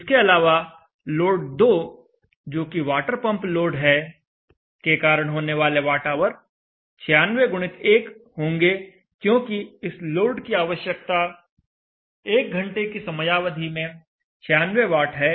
इसके अलावा लोड 2 जोकि वाटर पंप लोड है के कारण होने वाले वाट आवर 96 x 1 होंगे क्योंकि इस लोड की आवश्यकता 1 घंटे की समयावधि में 96 वाट है